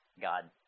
God